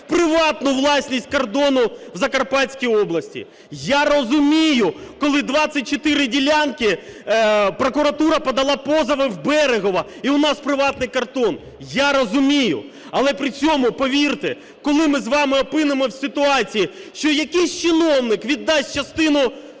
приватну власність кордону в Закарпатській області. Я розумію, коли 24 ділянки… прокуратура подала позови у Берегово, і у нас приватний кордон. Я розумію, але при цьому, повірте, коли ми з вами опинимося в ситуації, що якийсь чиновник віддасть частину